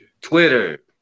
Twitter